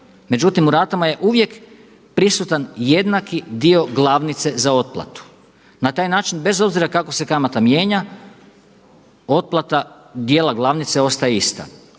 Međutim u ratama je uvijek prisutan jednaki dio glavnice za otplatu. Na taj način bez obzira kako se kamata mijenja otplata dijela glavnice ostaje ista.